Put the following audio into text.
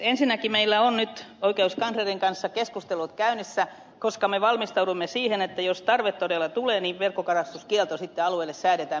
ensinnäkin meillä on nyt oikeuskanslerin kanssa keskustelut käynnissä koska me valmistaudumme siihen että jos tarve todella tulee niin verkkokalastuskielto sitten alueelle säädetään